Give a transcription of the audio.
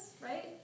right